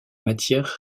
matière